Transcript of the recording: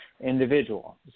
individual